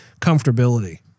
comfortability